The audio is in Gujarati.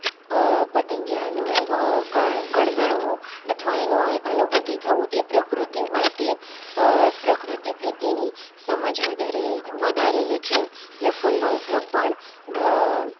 પતંગિયાનું ગણગણવું અથવા એનું અનુભૂતિ થવું એ પ્રકૃતિ માટે પ્રકૃતિ પ્રત્યેની સમજ વધારે છે એમ ને ફૂલનો ઉપયોગ પણ ઘર